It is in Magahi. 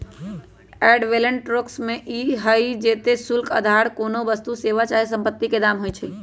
एड वैलोरम टैक्स उ हइ जेते शुल्क अधार कोनो वस्तु, सेवा चाहे सम्पति के दाम होइ छइ